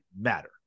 matter